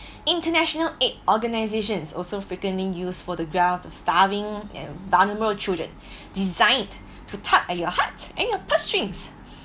international aid organisations also frequently use photographs of starving and vulnerable children designed to tug at your heart and your purse strings